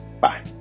Bye